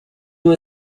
doit